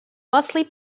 mostly